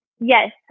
Yes